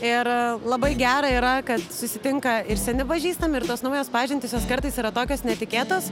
ir labai gera yra kad susitinka ir seni pažįstami ir tos naujos pažintys jos kartais yra tokios netikėtos